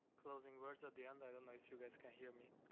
closing words at the end. i don't know if you guys can hear me